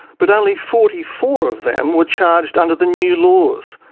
but only forty four of them were charged under the new laws.